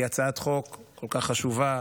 היא הצעת חוק כל כך חשובה,